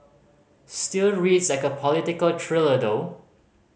still reads like a political thriller though